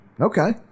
Okay